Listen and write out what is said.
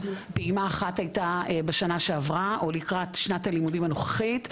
פעימה אחת הייתה בשנה שעברה או לקראת שנת הלימודים הנוכחית,